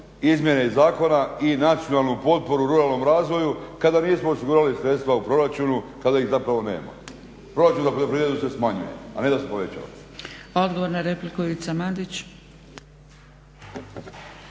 izmjene zakona i nacionalnu potporu ruralnom razvoju kada nismo osigurali sredstva u proračunu kada ih zapravo nema. Proračun za poljoprivredu se smanjuje, a ne da se povećava. **Zgrebec, Dragica